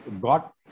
got